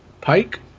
Pike